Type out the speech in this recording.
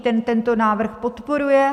Ten tento návrh podporuje.